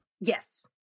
Yes